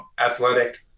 athletic